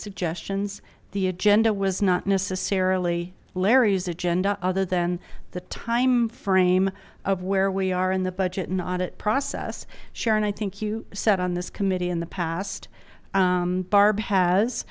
suggestions the agenda was not necessarily larry's agenda other than the timeframe of where we are in the budget and audit process sharon i think you said on this committee in the past barb has